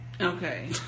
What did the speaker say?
Okay